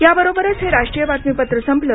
याबरोबरच हे राष्ट्रीय बातमीपत्र संपलं